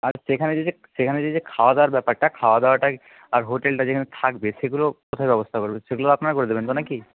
আর সেখানে যে যে সেখানে যে যে খাওয়া দাওয়ার ব্যাপারটা খাওয়া দাওয়াটায় আর হোটেলটা যেখানে থাকবে সেগুলো কোথায় ব্যবস্থা করবে সেগুলো আপনারা করে দেবেন তো না কি